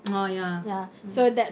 oh ya mm